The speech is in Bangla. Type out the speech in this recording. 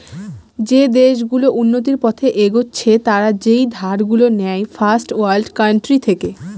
যে দেশ গুলো উন্নতির পথে এগচ্ছে তারা যেই ধার গুলো নেয় ফার্স্ট ওয়ার্ল্ড কান্ট্রি থেকে